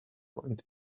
point